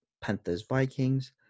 Panthers-Vikings